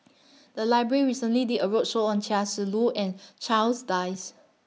The Library recently did A roadshow on Chia Shi Lu and Charles Dyce